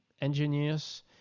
engineers